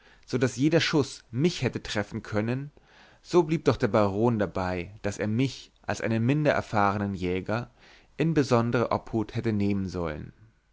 daß jeder schuß mich hätte treffen können so blieb doch der baron dabei daß er mich als einen minder erfahrnen jäger in besondere obhut hätte nehmen sollen